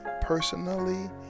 personally